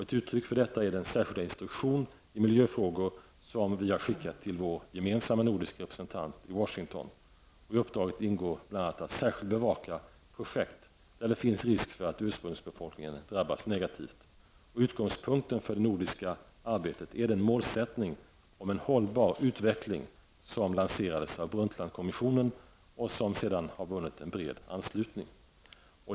Ett uttryck för detta är den särskilda instruktion i miljöfrågor som vi har skickat till vår gemensamma nordiska representant i Washington. I uppdraget ingår bl.a. att särskilt bevaka projekt där det finns risk för att ursprungsbefolkningen drabbas negativt. Utgångspunkten för det nordiska arbetet är den målsättning om en hållbar utveckling som lanserades av Brundtlandkommissionen och som sedan har vunnit bred anslutning.